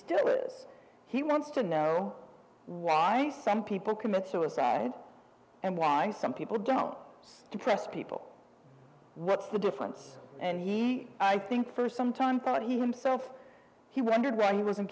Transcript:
still is he wants to know why some people commit suicide and why some people don't depressed people what's the difference and he i think for some time thought he was sort of he wondered where he was in